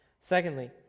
Secondly